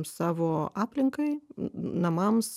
savo aplinkai namams